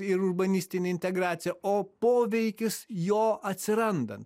ir urbanistinė integracija o poveikis jo atsirandant